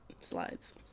slides